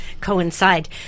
Coincide